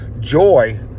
joy